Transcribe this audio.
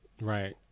right